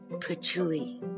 Patchouli